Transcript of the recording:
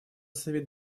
совет